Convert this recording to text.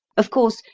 of course,